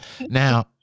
now